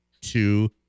two